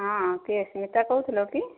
ହଁ କିଏ ସ୍ମିତା କହୁଥିଲ କି